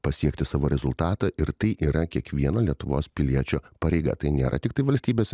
pasiekti savo rezultatą ir tai yra kiekvieno lietuvos piliečio pareiga tai nėra tiktai valstybės